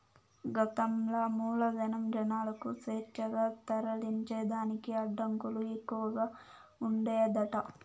గతంల మూలధనం, జనాలకు స్వేచ్ఛగా తరలించేదానికి అడ్డంకులు ఎక్కవగా ఉండేదట